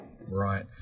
Right